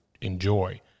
enjoy